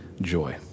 joy